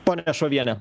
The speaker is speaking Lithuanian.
ponia šoviene